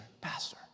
Pastor